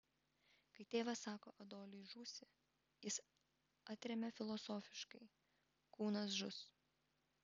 kai tėvas sako adoliui žūsi jis atremia filosofiškai kūnas žus